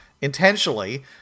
intentionally